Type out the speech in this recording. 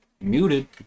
muted